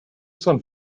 sun